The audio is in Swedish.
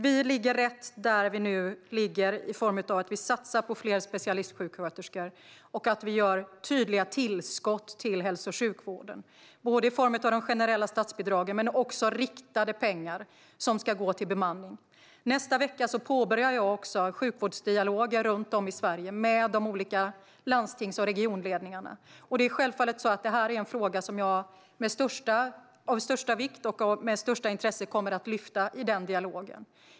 Vi ligger rätt genom att vi satsar på fler specialistsjuksköterskor och att vi ger tydliga tillskott till hälso och sjukvården, både i form av generella statsbidrag och riktade pengar som ska gå till bemanning. Nästa vecka påbörjar jag sjukvårdsdialoger runt om i Sverige med de olika landstings och regionledningarna. Detta är självfallet en fråga som är av största vikt och som jag med stort intresse kommer att lyfta fram i denna dialog.